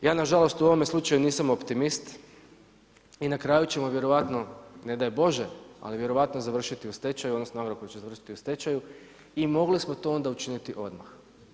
Ja nažalost u ovome slučaju nisam optimist i na kraju ćemo vjerojatno ne daj Bože, ali vjerojatno završiti u stečaju odnosno Agrokor će završiti u stečaju i mogli smo to onda učiniti odmah.